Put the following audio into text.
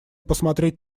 посмотреть